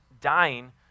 dying